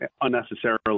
unnecessarily